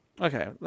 Okay